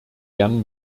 gern